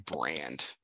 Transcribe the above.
brand